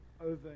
over